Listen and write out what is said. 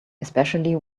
especially